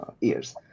years